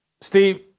Steve